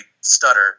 stutter